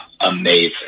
amazing